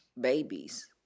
babies